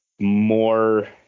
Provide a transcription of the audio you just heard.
more